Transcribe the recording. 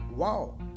Wow